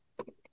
Okay